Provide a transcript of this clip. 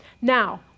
Now